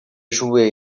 jouer